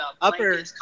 upper